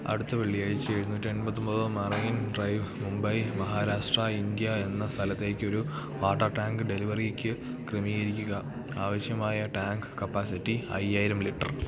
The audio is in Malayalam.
അടുത്ത വെള്ളിയാഴ്ച എഴുന്നൂറ്റി എൺപത്തൊമ്പത് Marine Drive Mumbai Maharashtra India എന്ന സ്ഥലത്തേക്ക് ഒരു വാട്ടർ ടാങ്ക് ഡെലിവറിക്ക് ക്രമീകരിക്കുക ആവശ്യമായ ടാങ്ക് കപ്പാസിറ്റി അയ്യായിരം ലിറ്റർ